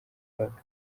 guhabwa